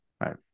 right